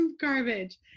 garbage